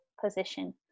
position